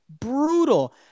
brutal